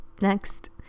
next